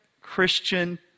Christian